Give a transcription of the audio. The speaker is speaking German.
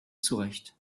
zurecht